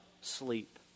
sleep